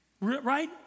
Right